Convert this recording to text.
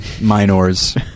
Minors